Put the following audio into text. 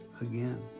again